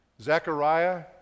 Zechariah